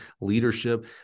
Leadership